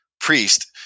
priest